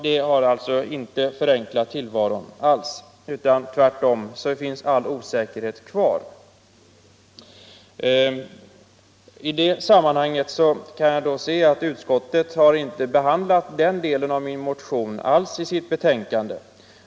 Det har inte förenklat tillvaron — tvärtom finns osäkerheten kvar. Utskottet har inte alls behandlat den delen av min motion i sitt betänkande.